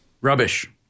Rubbish